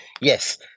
yes